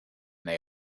they